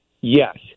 yes